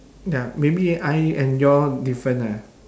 ya maybe I and your different lah